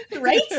Right